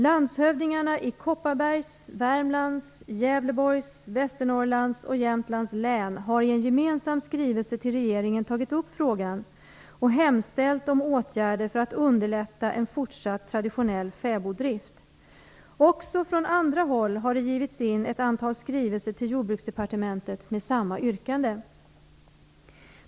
Landshövdingarna i Kopparbergs, Värmlands, Gävleborgs, Västernorrlands och Jämtlands län har i en gemensam skrivelse till regeringen tagit upp frågan och hemställt om åtgärder för att underlätta en fortsatt traditionell fäboddrift. Också från andra håll har det givits in ett antal skrivelser till Jordbruksdepartementet med samma yrkande.